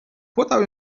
podał